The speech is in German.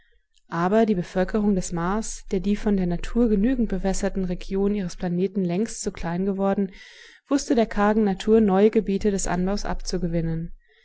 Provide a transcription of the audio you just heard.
aber die bevölkerung des mars der die von der natur genügend bewässerte region ihres planeten längst zu klein geworden wußte der kargen natur neue gebiete des anbaus abzugewinnen